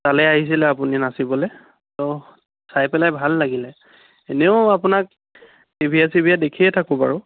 তালৈ আহিছিলে আপুনি নাচিবলৈ তো চাই পেলাই ভাল লাগিলে এনেও আপোনাক টিভিয়ে চিভিয়ে দেখিয়ে থাকোঁ বাৰু